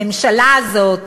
הממשלה הזאת